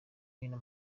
hino